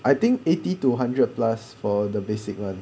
I think eighty to hundred plus for the basic one